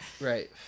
Right